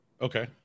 Okay